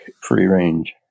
free-range